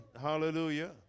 Hallelujah